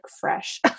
fresh